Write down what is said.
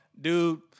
dude